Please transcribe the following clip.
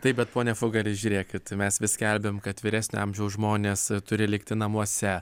taip bet pone fugali žiūrėkit mes vis skelbiam kad vyresnio amžiaus žmonės turi likti namuose